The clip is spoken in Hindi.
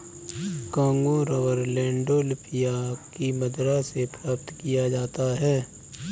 कांगो रबर लैंडोल्फिया की मदिरा से प्राप्त किया जाता है